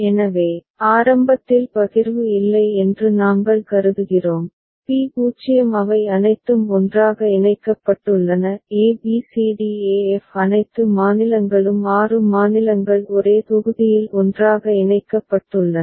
எனவே ஆரம்பத்தில் பகிர்வு இல்லை என்று நாங்கள் கருதுகிறோம் P0 அவை அனைத்தும் ஒன்றாக இணைக்கப்பட்டுள்ளன a b c d e f அனைத்து மாநிலங்களும் ஆறு மாநிலங்கள் ஒரே தொகுதியில் ஒன்றாக இணைக்கப்பட்டுள்ளன